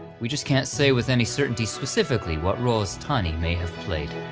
we just can't say with any certainty specifically what roles tawny may have played.